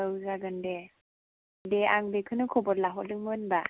औ जागोन दे दे आं बेखौनो खबर लाहरदोंमोन होनब्ला